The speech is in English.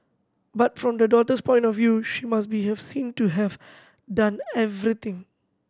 but from the daughter's point of view she must be have seen to have done everything